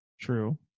True